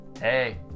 hey